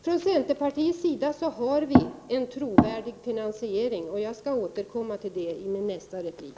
Från centerpartiets sida har vi en trovärdig finansiering. Jag skall återkomma till det i min nästa replik.